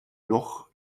doch